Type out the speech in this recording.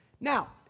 Now